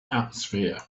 atmosphere